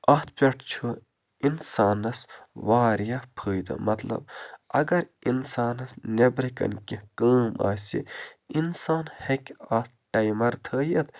اَتھ پٮ۪ٹھ چھُ اِنسانَس واریاہ فٲیِدٕ مطلب اگر اِنسانَس نٮ۪برٕ کَنہِ کیٚںہہ کٲم آسہِ اِنسان ہیٚکہِ اَتھ ٹایمَر تھٲوِتھ